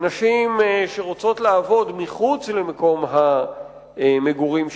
נשים שרוצות לעבוד מחוץ למקום המגורים שלהן,